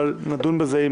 אבל נדון בזה עם